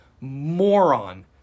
moron